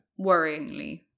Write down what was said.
Worryingly